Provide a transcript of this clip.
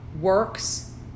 works